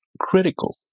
critical